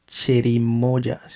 Chirimoyas